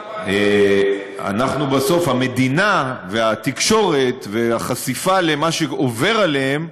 בסוף, המדינה, והתקשורת, והחשיפה למה שעובר עליהם,